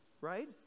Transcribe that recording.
right